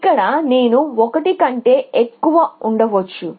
ఇక్కడ నేను ఒకటి కంటే ఎక్కువ ఉండవచ్చు